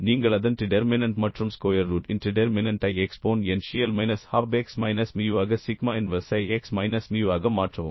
நீங்கள் அதன் டிடெர்மினன்ட் மற்றும் ஸ்கொயர் ரூட் இன்டிடெர்மினன்ட் ஐ exponential minus half x minus mu ஆக சிக்மா இன்வர்ஸ் ஐ x மைனஸ் மியூ ஆக மாற்றவும்